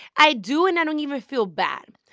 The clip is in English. i do. and i don't even feel bad.